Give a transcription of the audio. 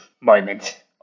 moment